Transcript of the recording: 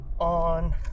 On